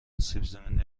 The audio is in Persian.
سیبزمینی